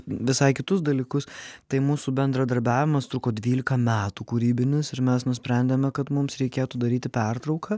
visai kitus dalykus tai mūsų bendradarbiavimas truko dvylika metų kūrybinis ir mes nusprendėme kad mums reikėtų daryti pertrauką